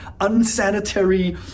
unsanitary